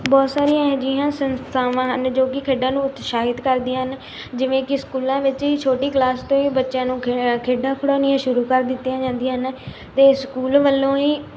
ਬਹੁਤ ਸਾਰੀਆਂ ਇਹੋ ਜਿਹੀਆਂ ਸੰਸਥਾਵਾਂ ਹਨ ਜੋ ਕਿ ਖੇਡਾਂ ਨੂੰ ਉਤਸ਼ਾਹਿਤ ਕਰਦੀਆਂ ਹਨ ਜਿਵੇਂ ਕਿ ਸਕੂਲਾਂ ਵਿੱਚ ਹੀ ਛੋਟੀ ਕਲਾਸ ਤੋਂ ਹੀ ਬੱਚਿਆਂ ਨੂੰ ਖੇਡਾਂ ਖਿਡਾਉਣੀਆਂ ਸ਼ੁਰੂ ਕਰ ਦਿੱਤੀਆਂ ਜਾਂਦੀਆਂ ਹਨ ਅਤੇ ਸਕੂਲ ਵੱਲੋਂ ਹੀ